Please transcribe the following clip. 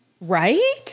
Right